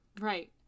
right